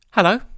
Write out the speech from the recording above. Hello